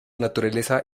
naturaleza